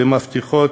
ומבטיחות,